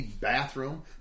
bathroom